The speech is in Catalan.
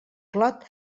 clot